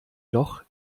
loch